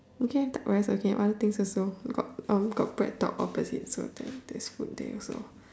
okay duck rice okay got other things also got uh um got BreadTalk opposite so there's food there also